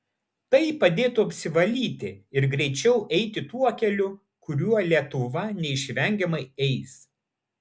tai padėtų apsivalyti ir greičiau eiti tuo keliu kuriuo lietuva neišvengiamai eis